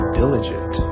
diligent